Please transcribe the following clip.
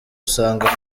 usangamo